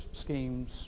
schemes